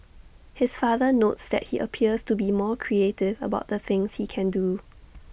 his father notes that he appears to be more creative about the things he can do